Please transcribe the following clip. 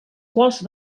quals